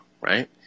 right